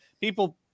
People